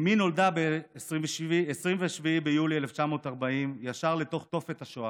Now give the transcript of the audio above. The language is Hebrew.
אימי נולדה ב-27 ביולי 1940, ישר לתוך תופת השואה,